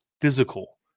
physical